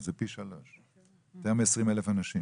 אז זה פי 3. יותר 20,000 אנשים.